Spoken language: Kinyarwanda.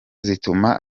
zituma